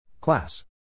Class